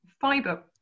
fiber